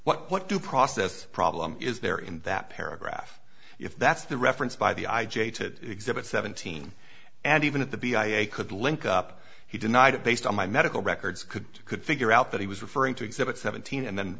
that what due process problem is there in that paragraph if that's the reference by the i j to exhibit seventeen and even at the b i a could link up he denied it based on my medical records could could figure out that he was referring to exhibit seventeen and then